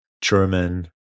german